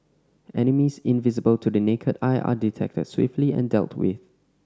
enemies invisible to the naked eye are detected swiftly and dealt with